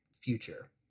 future